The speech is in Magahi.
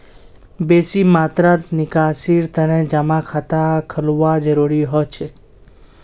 बेसी मात्रात निकासीर तने जमा खाता खोलवाना जरूरी हो छेक